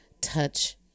touch